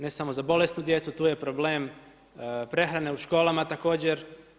Ne samo za bolesnu djecu, tu je problem prehrane u školama također.